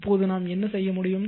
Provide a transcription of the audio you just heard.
இப்போது நாம் என்ன செய்ய முடியும்